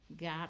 got